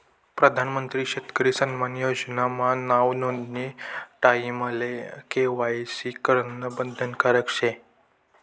पंतप्रधान शेतकरी सन्मान योजना मा नाव नोंदानी टाईमले के.वाय.सी करनं बंधनकारक शे